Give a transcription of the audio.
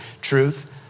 truth